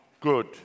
good